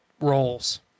roles